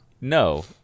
No